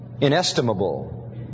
inestimable